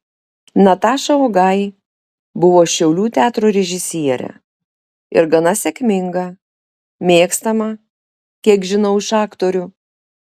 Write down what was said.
nataša ogai buvo šiaulių teatro režisierė ir gana sėkminga mėgstama kiek žinau iš aktorių